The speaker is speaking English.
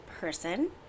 person